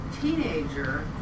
teenager